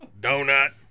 Donut